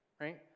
right